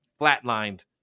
flatlined